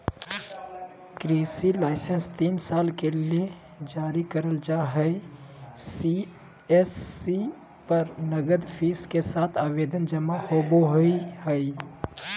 कृषि लाइसेंस तीन साल के ले जारी करल जा हई सी.एस.सी पर नगद फीस के साथ आवेदन जमा होवई हई